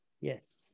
Yes